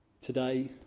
today